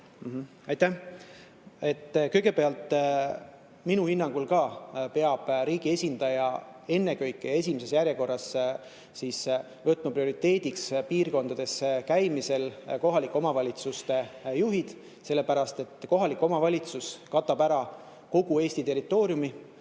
Aitäh! Kõigepealt, ka minu hinnangul peab riigi esindaja võtma esimeses järjekorras prioriteediks piirkondade külastamisel kohalike omavalitsuste juhid, sellepärast et kohalik omavalitsus katab ära kogu Eesti territooriumi